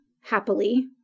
happily